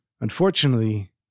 Unfortunately